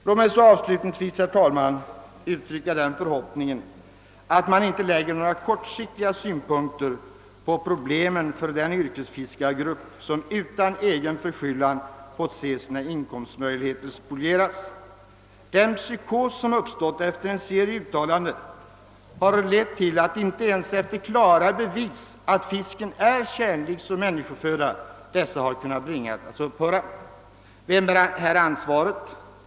Låt mig så avslutningsvis, herr talman, uttrycka den förhoppningen att man inte anlägger några kortsiktiga synpunkter på problemen för den yrkesfiskargrupp, som utan egen förskyllan fått se sina utkomstmöjligheter spolieras. Den psykos som uppstått efter en serie uttalanden har lett till att inte ens efter klara bevis för att fisken är tjänlig som människoföda har dessa problem kunnat bringas att upphöra. Vem bär ansvaret?